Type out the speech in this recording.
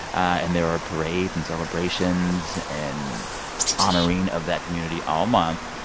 and there are parades and celebrations and honoring of that community all month.